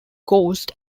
ghosts